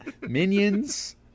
Minions